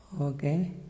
Okay